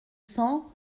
cent